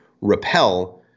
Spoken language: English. repel